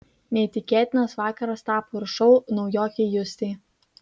neįtikėtinas vakaras tapo ir šou naujokei justei